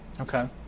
Okay